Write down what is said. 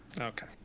okay